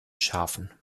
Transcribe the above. schafen